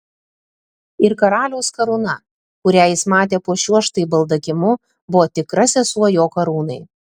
ir karaliaus karūna kurią jis matė po šiuo štai baldakimu buvo tikra sesuo jo karūnai